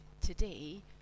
today